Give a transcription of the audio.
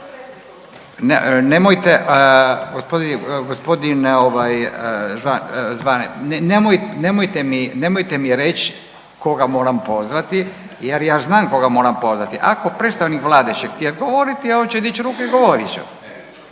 nemojte mi, nemojte mi reći koga moram pozvati jer ja znam koga moram pozvati, ako predstavnik Vlade će htjet govoriti, on će dići ruku i govorit će.